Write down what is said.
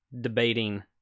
debating